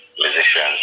musicians